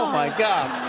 my god.